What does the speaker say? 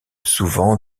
souvent